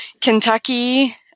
Kentucky